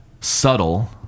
Subtle